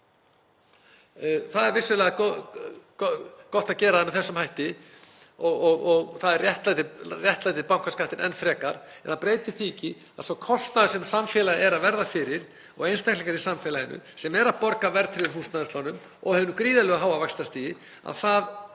Það er vissulega gott að gera það með þessum hætti og það réttlætir bankaskattinn enn frekar en það breytir ekki þeim kostnaði sem samfélagið er að verða fyrir og einstaklingar í samfélaginu sem eru að borga af verðtryggðum húsnæðislánum og hinu gríðarlega háa vaxtastigi.